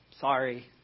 sorry